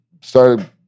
started